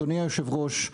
אדוני היושב-ראש,